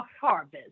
harvest